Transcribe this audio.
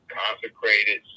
consecrated